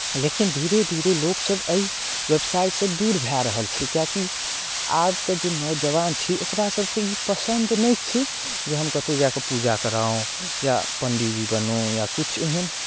लेकिन धीरे धीरे लोकसभ एहि व्यवसायसँ दूर भए रहल छै किएकि आबके जे नौजवान छै ओकरासभकेँ ई पसन्द नहि छै जे हम कतहु जा कऽ पूजा कराउ या पण्डीजी बनू या किछु एहन